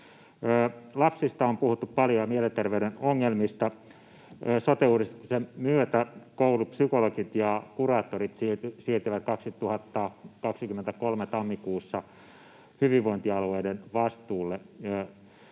ongelmista on puhuttu paljon. Sote-uudistuksen myötä koulupsykologit ja -kuraattorit siirtyvät 2023 tammikuussa hyvinvointialueiden vastuulle.